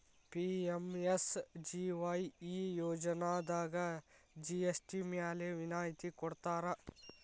PMSBY ಈ ಯೋಜನಾದಾಗ GST ಮ್ಯಾಲೆ ವಿನಾಯತಿ ಕೊಡ್ತಾರಾ